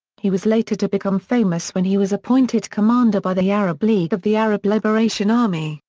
he was later to become famous when he was appointed commander by the arab league of the arab liberation army,